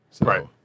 Right